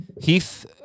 Heath